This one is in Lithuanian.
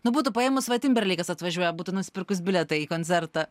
nu būtų paėmus va timberleikas atvažiuoja būtų nusipirkus bilietą į koncertą